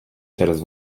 через